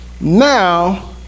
now